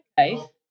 okay